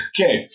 Okay